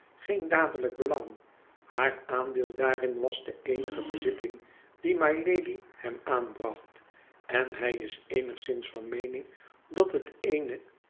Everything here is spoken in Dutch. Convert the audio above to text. geen dadelijk belang haar aandeel daarin was de eenige bezitting die mylady hem aanbracht en hij is eenigszins van meening dat het eene